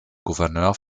gouverneur